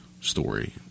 story